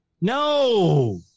No